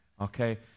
okay